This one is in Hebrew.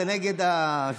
הוא נגד הממשלה,